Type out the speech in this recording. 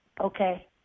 Okay